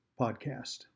podcast